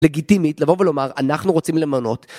לגיטימית לבוא ולומר אנחנו רוצים למנות